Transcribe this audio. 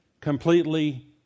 completely